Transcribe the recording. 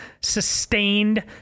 sustained